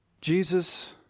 Jesus